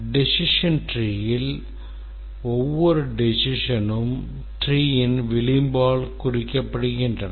decision trees ல் ஒவ்வொரு decisionம் treeன் விளிம்பால் குறிக்கப்படுகின்றன